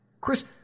Chris